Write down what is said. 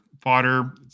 fodder